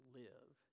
live